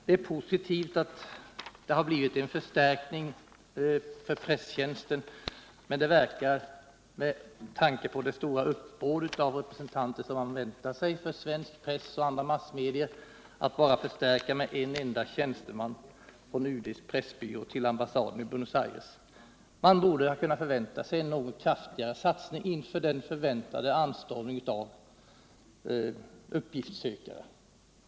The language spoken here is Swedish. Det är positivt att det blivit en förstärkning av presstjänsten. Men med tanke på det stora uppbåd av representanter som man kan vänta sig från den svenska pressen och andra massmedia verkar förstärkningen med en enda tjänsteman från UD:s pressbyrå till ambassaden i Buenos Aires liten. Man borde ha kunnat förvänta sig en något kraftigare satsning inför den förväntade anstormningen av uppgiftssökare.